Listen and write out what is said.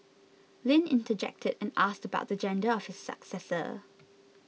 Lin interjected and asked about the gender of his successor